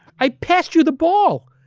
i passed you the ball.